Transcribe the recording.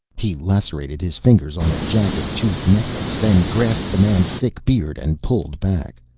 he lacerated his fingers on a jagged tooth necklace then grasped the man's thick beard and pulled back.